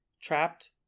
trapped